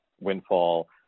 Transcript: Windfall